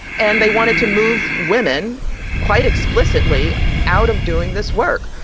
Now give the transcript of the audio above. and they wanted to move women quite explicitly out of doing this work.